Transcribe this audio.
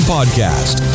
Podcast